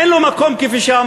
אין לו מקום, כפי שאמרתי.